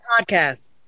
podcast